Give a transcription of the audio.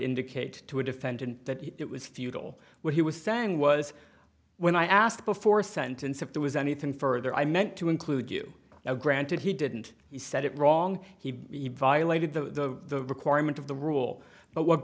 indicate to a defendant that it was futile what he was saying was when i asked before sentence if there was anything further i meant to include you now granted he didn't he said it wrong he violated the requirement of the rule but what